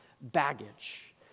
baggage